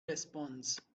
response